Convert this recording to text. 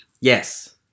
Yes